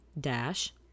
dash